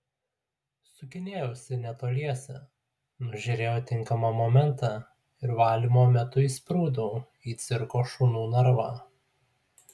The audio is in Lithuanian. sukinėjausi netoliese nužiūrėjau tinkamą momentą ir valymo metu įsprūdau į cirko šunų narvą